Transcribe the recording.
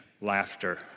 laughter